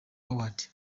awards